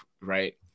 right